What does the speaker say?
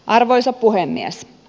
arvoisa puhemies